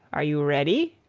are you ready?